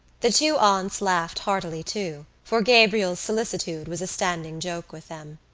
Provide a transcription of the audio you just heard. the two aunts laughed heartily, too, for gabriel's solicitude was a standing joke with them.